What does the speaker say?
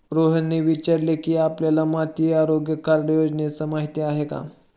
रोहनने विचारले की, आपल्याला माती आरोग्य कार्ड योजनेची माहिती आहे का?